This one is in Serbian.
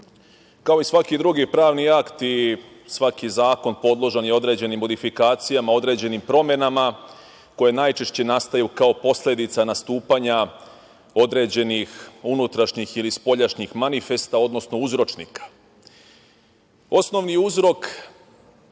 i svaki drugi pravni akt i svaki zakon, podložan je određenim modifikacijama, određenim promenama koje najčešće nastaju kao posledica nastupanja određenih unutrašnjih ili spoljašnjih manifesta, odnosno uzročnika. Osnovni uzrok